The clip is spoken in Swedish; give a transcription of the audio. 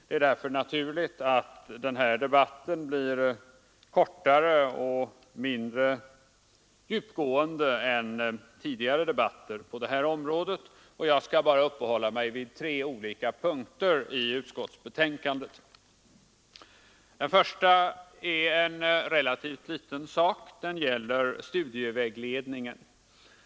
Det är därför naturligt att den här debatten blir kortare och mindre djupgående än tidigare debatter på detta område, och jag skall bara uppehålla mig vid tre olika punkter i utskottsbetänkandet. Den första punkten gäller en relativt liten sak i fråga om studievägledningen.